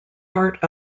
heart